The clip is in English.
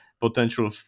potential